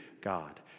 God